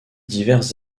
divers